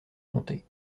montée